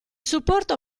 supporto